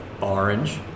Orange